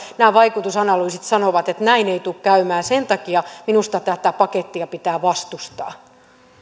nämä vaikutusanalyysit sanovat että näin ei tule käymään ja sen takia minusta tätä pakettia pitää vastustaa